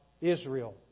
Israel